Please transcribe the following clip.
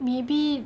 maybe